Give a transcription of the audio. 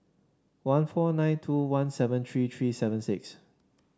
one four nine two one seven three three seven six